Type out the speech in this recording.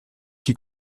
qui